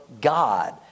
God